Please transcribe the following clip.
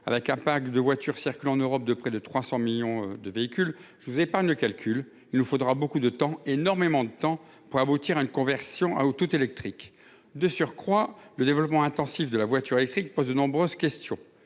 Avec un Pack de voitures circulent en Europe de près de 300 millions de véhicules. Je vous épargne le calcul, il nous faudra beaucoup de temps, énormément de temps pour aboutir à une conversion à au tout électrique. De surcroît le développement intensif de la voiture électrique pose de nombreuses questions